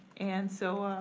and so